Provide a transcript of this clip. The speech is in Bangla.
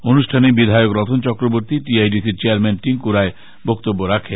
এই অনুষ্ঠানে বিধায়ক Ratan Chakraborty T I D সির চেয়ারম্যান টিংকু রায় বক্তব্য রাখেন